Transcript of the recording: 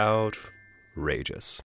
Outrageous